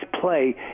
play